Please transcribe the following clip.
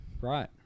Right